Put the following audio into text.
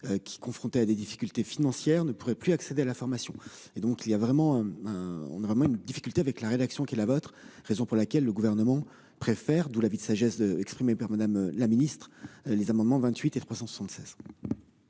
qui, confronté à des difficultés financières ne pouvaient plus accéder à l'information, et donc il y a vraiment on vraiment une difficulté avec la rédaction, qui est la vôtre, raison pour laquelle le gouvernement préfère d'où la vie de sagesse exprimer par Madame la Ministre, les amendements 28 et 376.